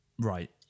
Right